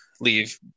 leave